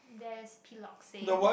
there's piloxing